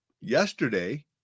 yesterday